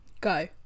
go